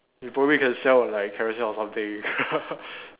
you probably can sell on like carousel or something